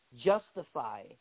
justify